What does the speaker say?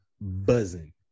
buzzing